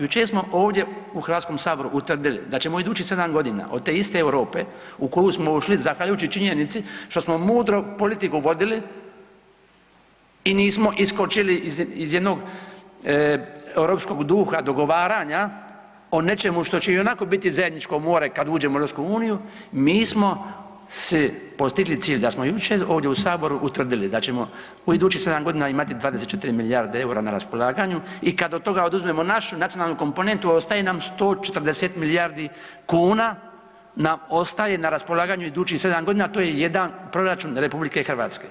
Jučer smo ovdje u HS-u utvrdili da ćemo idućih sedam godina od te iste Europe u koju smo ušli zahvaljujući činjenici što smo mudro politiku vodili i nismo iskočili iz jednog europskog duha dogovaranja o nečemu što će i onako biti zajedničko more kada uđemo u EU mi smo si postigli cilj da smo jučer ovdje u Saboru utvrdili da ćemo u idućih sedam godina imati 24 milijarde eura na raspolaganju i kada od toga oduzmemo našu nacionalnu komponentu ostaje nam 140 milijardi kuna nam ostaje na raspolaganju idućih sedam godina, a to je jedan proračun RH.